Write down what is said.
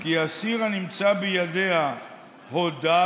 כי אסיר הנמצא בידיה "הודה"